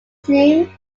dream